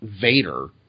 Vader